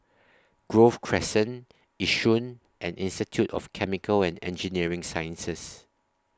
Grove Crescent Yishun and Institute of Chemical and Engineering Sciences